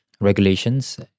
regulations